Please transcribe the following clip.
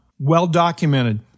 Well-documented